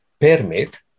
permit